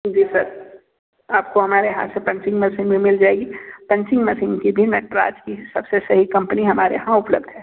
जी sir आपको हमारे यहाँ से पंचिंग मशीन भी मिल जाएंगी पंचिंग मशीन भी नटराज की सब से सही कंपनी हमारे यहाँ उपलब्ध है